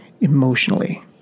emotionally